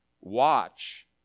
watch